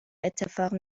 اتفاق